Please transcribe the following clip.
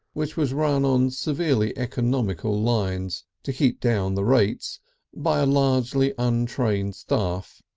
which was run on severely economical lines to keep down the rates by a largely untrained staff,